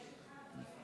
יש אחד בדרך.